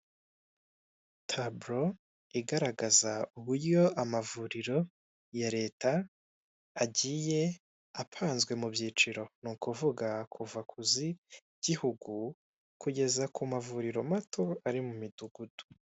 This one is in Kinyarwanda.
Tabulo igaragaza uburyo amavuriro ya leta agiye apanzwe mu byiciro ni ukuvuga kuva kuz'igihugu, kugeza ku mavuriro mato ari mu gihugu.